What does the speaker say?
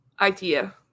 idea